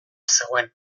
zegoen